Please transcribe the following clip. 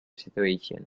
situation